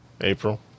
April